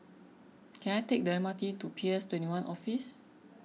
can I take the M R T to PS twenty one Office